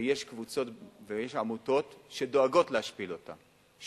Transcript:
ויש קבוצות ויש עמותות שדואגות להשפיל אותם,